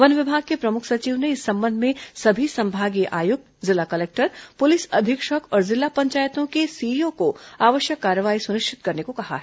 one विभाग के प्रमुख सचिव ने इस संबंध में सभी संभागीय आयुक्त जिला कलेक्टर पुलिस अधीक्षक और जिला पंचायतों के सीईओ को आवश्यक कार्रवाई सुनिश्चित करने कहा है